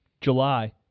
July